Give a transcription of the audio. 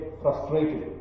frustrated